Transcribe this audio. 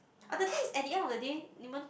but the thing is at the end of the day 你们